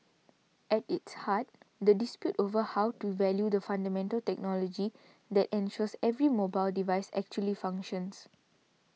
at its heart the dispute over how to value the fundamental technology that ensures every mobile device actually functions